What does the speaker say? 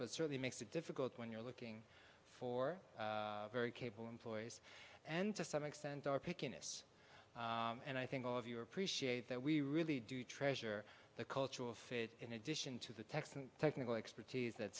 but certainly makes it difficult when you're looking for very capable employees and to some extent are picking us and i think all of you appreciate that we really do treasure the cultural fit in addition to the techs and technical expertise that